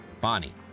Bonnie